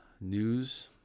news